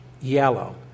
yellow